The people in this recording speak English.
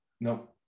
no